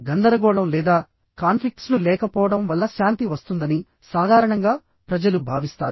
గందరగోళం లేదా కాన్ఫ్లిక్ట్స్ లు లేకపోవడం వల్ల శాంతి వస్తుందని సాధారణంగా ప్రజలు భావిస్తారు